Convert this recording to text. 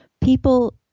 people